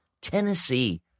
Tennessee